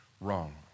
wrong